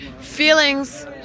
feelings